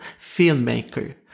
filmmaker